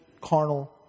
carnal